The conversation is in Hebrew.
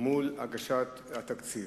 מול הגשת התקציב.